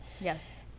Yes